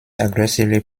aggressively